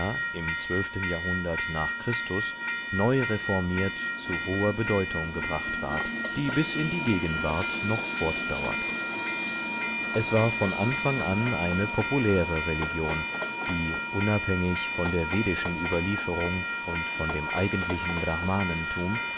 im jahrhundert nach chr neu reformiert zu hoher bedeutung gebracht ward die bis in die gegenwart noch fortdauert es war von anfang an eine populäre religion die unabhängig von der vedischen überlieferung und von dem eigentlichen brahmanentum